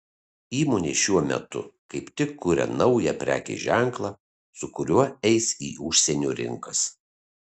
įmonė šiuo metu kaip tik kuria naują prekės ženklą su kuriuo eis į užsienio rinkas